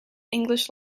english